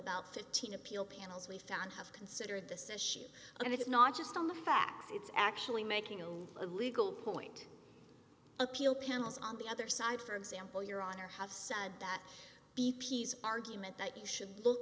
about fifteen appeal panels we found have considered this issue and it's not just on the facts it's actually making on a legal point appeal panels on the other side for example your honor have said that b p s argument that you should